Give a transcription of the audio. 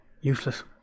Useless